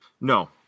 No